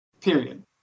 Period